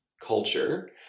culture